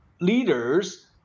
leaders